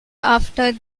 after